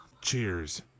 Cheers